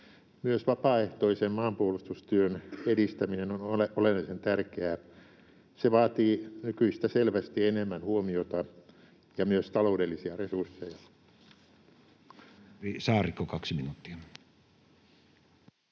Myös vapaaehtoisen maanpuolustustyön edistäminen on oleellisen tärkeää. Se vaatii nykyistä selvästi enemmän huomiota ja myös taloudellisia resursseja.